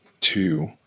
Two